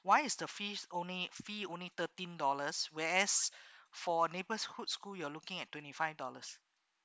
why is the fees only fee only thirteen dollars whereas for neighbourhood school you are looking at twenty five dollars